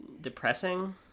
depressing